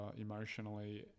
emotionally